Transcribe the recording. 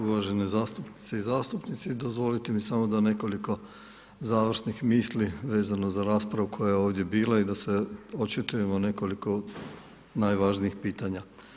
Uvažene zastupnice i zastupnici, dozvolite mi samo da nekoliko završnih misli vezano za raspravu koja je ovdje bila i da se očitujem o nekoliko najvažnijih pitanja.